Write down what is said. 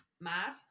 mad